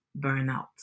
burnout